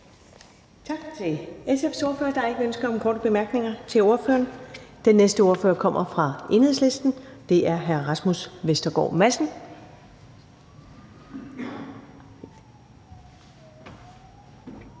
Tak til SF's ordfører. Der er ikke ønske om korte bemærkninger til ordføreren. Den næste ordfører kommer fra Enhedslisten, og det er hr. Rasmus Vestergaard Madsen.